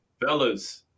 fellas